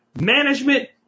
management